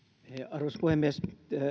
arvoisa puhemies